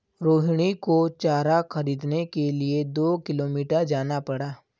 रोहिणी को चारा खरीदने के लिए दो किलोमीटर जाना पड़ा